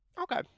Okay